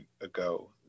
ago